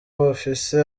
bafise